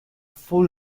full